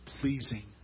pleasing